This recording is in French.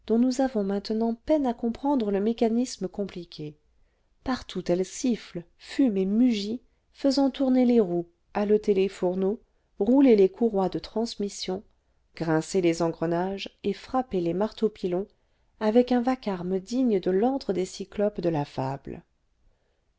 nous avons maintenant peine à comprendre le mécanisme compliqué partout elle siffle fume et mugit faisant tourner les roues haleter les fourneaux rouler les courroies de transmission grincer les engrenages et frapper les marteaux pilons avec un vacarme digne de l'antre des cyclopes de la fable